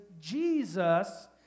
Jesus